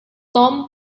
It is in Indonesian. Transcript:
tom